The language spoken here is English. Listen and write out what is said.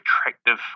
attractive